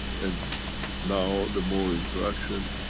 and now, the more interaction